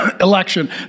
election